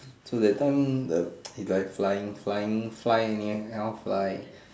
so that time the it's like flying flying flying in the end cannot fly